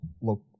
look